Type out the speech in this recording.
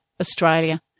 Australia